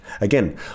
Again